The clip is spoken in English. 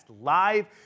Live